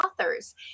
authors